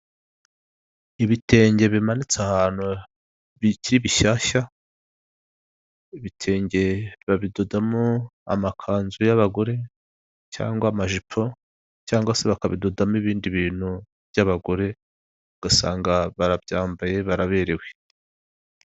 Ibitenge bimanitse ahantu bikiri bishyashya, ibitenge babidodamo amakanzu y'abagore cyangwa amajipo cyangwa bakabidodamo ibindi bintu by'abagore, ugasanga barabyambaye baraberewe.